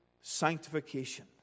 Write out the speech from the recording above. sanctification